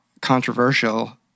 controversial